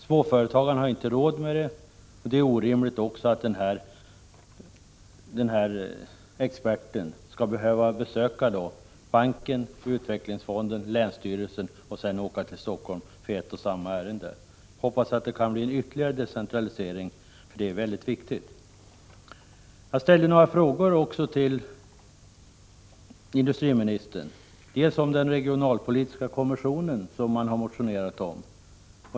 Småföretagaren har dock inte råd med sådant. Dessutom är det orimligt att man skall behöva anlita en expert som i ett och samma ärende först måste besöka banken, utvecklingsfonden och länsstyrelsen i den egna regionen och som därefter måste åka till Helsingfors. Jag hoppas alltså på en ytterligare decentralisering. Det är mycket viktigt att en Jag ställde några frågor till industriministern. Jag frågade t.ex. om den regionalpolitiska kommission som man motionerat om.